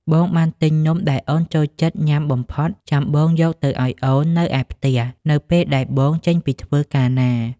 បងបានទិញនំដែលអូនចូលចិត្តញ៉ាំបំផុត ចាំបងយកទៅឱ្យអូននៅឯផ្ទះនៅពេលដែលបងចេញពីធ្វើការណា។